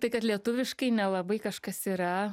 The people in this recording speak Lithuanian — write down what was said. tai kad lietuviškai nelabai kažkas yra